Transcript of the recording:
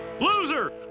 loser